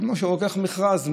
כמו שלוקח מכרז.